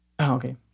Okay